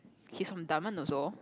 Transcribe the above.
he is from dunman also